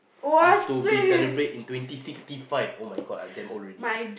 is to be celebrate in twenty sixty five oh-my-God I damn old already